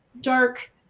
dark